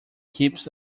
keeps